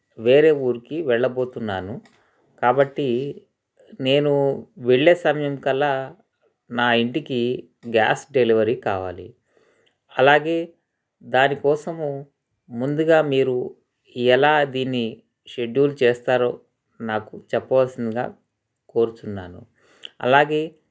వేరే ఊరికి వెళ్ళబోతున్నాను కాబట్టి నేను వెళ్ళే సమయంకల్లా నా ఇంటికి గ్యాస్ డెలివరీ కావాలి అలాగే దానికోసము ముందుగా మీరు ఎలా దీన్ని షెడ్యూల్ చేస్తారో నాకు చెప్పవల్సిందిగా కోరుచున్నాను అలాగే